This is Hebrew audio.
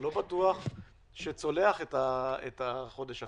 לא בטוח שצולח את החודש הקרוב.